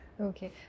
Okay